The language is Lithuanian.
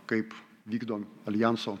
kaip vykdom aljanso